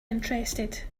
interested